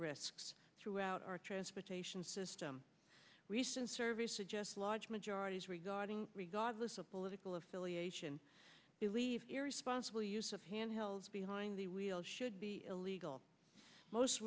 risks throughout our transportation system recent surveys suggest large majorities regarding regardless of political affiliation believe irresponsible use of handhelds behind the wheel should be illegal most